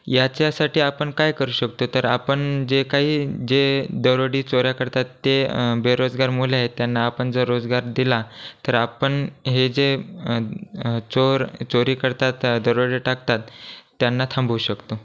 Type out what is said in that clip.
याच्यासाठी आपण काय करू शकतो तर आपण जे काही जे दरोडे चोऱ्या करतात ते बेरोजगार मुले आहेत त्यांना आपण जर रोजगार दिला तर आपण हे जे चोर चोरी करतात दरोडे टाकतात त्यांना थांबवू शकतो